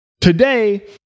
Today